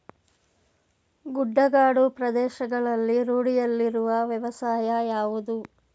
ಗುಡ್ಡಗಾಡು ಪ್ರದೇಶಗಳಲ್ಲಿ ರೂಢಿಯಲ್ಲಿರುವ ವ್ಯವಸಾಯ ಯಾವುದು?